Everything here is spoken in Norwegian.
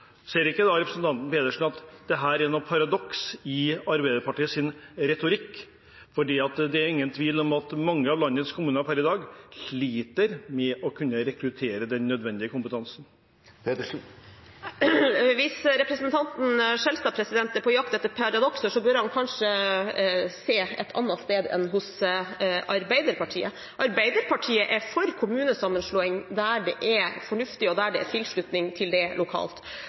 Ser ikke representanten Pedersen at det er et paradoks i Arbeiderpartiets retorikk? For det er ingen tvil om at mange av landets kommuner per i dag sliter med å kunne rekruttere den nødvendige kompetansen. Hvis representanten Skjelstad er på jakt etter paradokser, bør han kanskje se et annet sted enn hos Arbeiderpartiet. Arbeiderpartiet er for kommunesammenslåing der det er fornuftig, og der det er tilslutning til det lokalt.